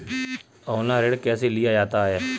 Online ऋण कैसे लिया जाता है?